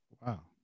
Wow